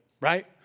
right